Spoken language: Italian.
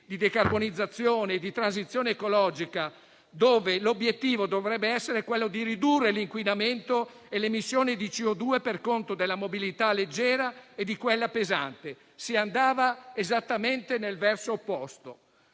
di decarbonizzazione, di transizione ecologica, in cui l'obiettivo dovrebbe essere quello di ridurre l'inquinamento e le emissioni di anidride carbonica per conto della mobilità leggera e di quella pesante. Si andava esattamente nel verso opposto.